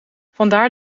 vandaar